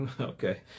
okay